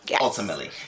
ultimately